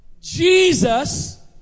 Jesus